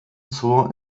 zur